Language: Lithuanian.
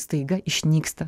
staiga išnyksta